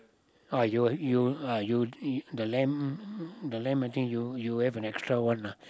!aiyo! you uh you the lamp the lamp I think you you have an extra one lah